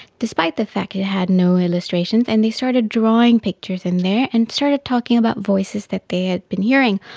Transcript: despite the fact it had no illustrations, and they started drawing pictures in there and started talking about voices that they had been hearing.